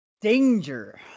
Danger